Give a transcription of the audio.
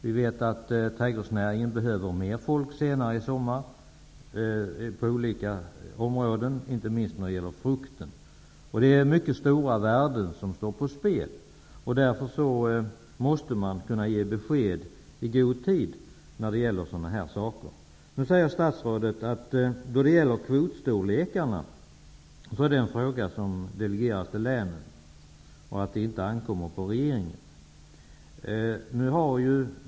Vi vet att trädgårdsnäringen behöver mer folk senare i sommar, inte minst när det gäller frukten. Det är mycket stora värden som står på spel. Därför måste man kunna ge besked i god tid när det gäller sådana här saker. Nu säger statsrådet att kvotstorlekarna är en fråga som delegeras till länen och inte ankommer på regeringen.